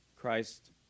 Christ